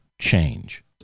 change